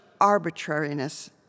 arbitrariness